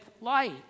light